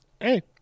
hey